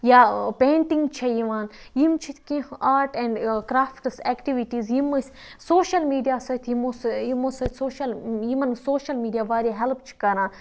یا پینٛٹِنٛگ چھےٚ یِوان یِم چھِ کینٛہہ آٹ اینٛڈ کرٛافٹٕز اٮ۪کٹِوِٹیٖز یِم أسۍ سوشَل میٖڈیا سۭتۍ یِمو یِمو سۭتۍ سوشَل یِمَن سوشَل میٖڈیا واریاہ ہٮ۪لٕپ چھِ کَران